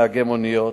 נהגי מוניות.